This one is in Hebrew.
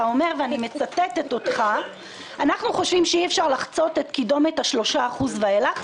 אני מצטטת אותך: "אנחנו חושבים שאי אפשר לחצות את קידומת ה-3% ואילך,